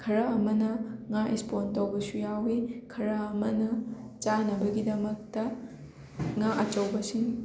ꯈꯔ ꯑꯃꯅ ꯉꯥ ꯁ꯭ꯄꯣꯟ ꯇꯧꯕꯁꯨ ꯌꯥꯎꯋꯤ ꯈꯔ ꯑꯃꯅ ꯆꯥꯅꯕꯒꯤꯗꯃꯛꯇ ꯉꯥ ꯑꯆꯧꯕꯁꯤꯡ